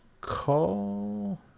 call